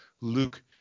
Luke